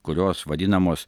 kurios vadinamos